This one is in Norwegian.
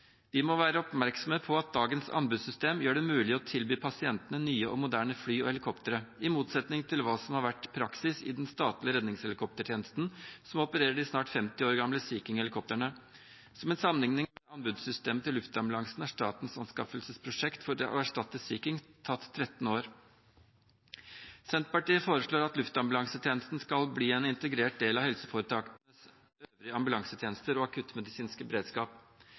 og moderne fly og helikoptre, i motsetning til hva som har vært praksis i den statlige redningshelikoptertjenesten, som opererer de snart 50 år gamle Sea King-helikoptrene. Som en sammenligning med anbudssystemet til luftambulansen har statens anskaffelsesprosjekt for å erstatte Sea King tatt 13 år. Senterpartiet foreslår at luftambulansetjenesten skal bli en integrert del av helseforetakenes øvrige ambulansetjenester og akuttmedisinske beredskap.